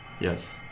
Yes